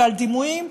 ועל דימויים,